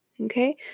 okay